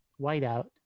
whiteout